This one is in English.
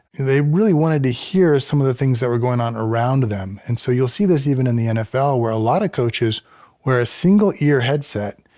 they really wanted to hear some of the things that were going on around them. and so, you'll see this even in the nfl where a lot of coaches wear a single ear headset,